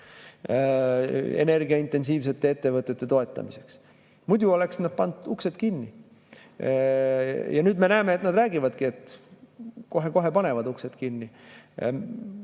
energiaintensiivsete ettevõtete toetamiseks. Muidu oleks nad pannud uksed kinni. Nüüd me näeme, et nad räägivadki, et kohe-kohe panevad uksed kinni. Omal